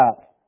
up